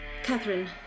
Catherine